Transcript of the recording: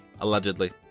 Allegedly